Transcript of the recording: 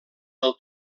del